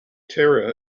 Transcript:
terra